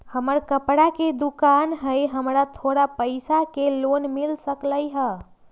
हमर कपड़ा के दुकान है हमरा थोड़ा पैसा के लोन मिल सकलई ह?